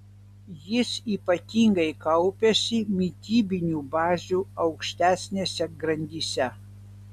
jis ypatingai kaupiasi mitybinių bazių aukštesnėse grandyse